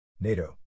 NATO